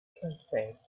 transferred